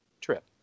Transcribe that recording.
trip